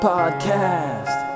Podcast